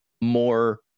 more